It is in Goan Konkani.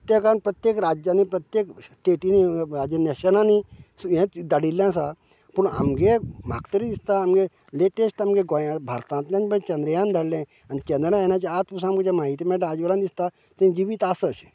प्रत्येकान प्रत्येक राज्यांनी प्रत्येक स्टेटींनी हाजे नॅशनांनी हें धाडिल्लें आसा पूण आमगे म्हाका तरी दिसता आमगे लेटेस्ट आमग्या गोंयां भारतांतल्यान पळय चंद्रयान धाडलें आनी चंद्रयानाची आयज पळय आमकां जी माहिती मेळटा ताजे वेल्यान दिसता थंय जिवीत आसा अशें